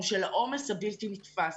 של העומס הבלתי נתפס.